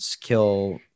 kill